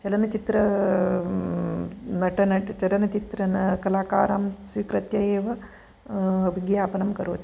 चलनचित्र नटनटि चलनचित्र कलाकारां स्वीकृत्य एव विज्ञापनं करोति